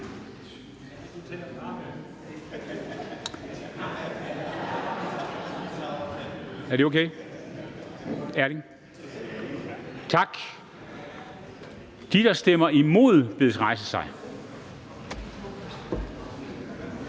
bedes rejse sig. Tak. De, der stemmer imod, bedes rejse sig.